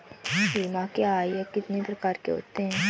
बीमा क्या है यह कितने प्रकार के होते हैं?